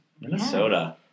Minnesota